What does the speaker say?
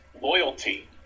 loyalty